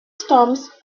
storms